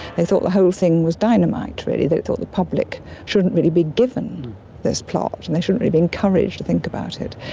they thought the whole thing was dynamite really, they thought the public shouldn't really be given this plot and they shouldn't really be encouraged to think about it,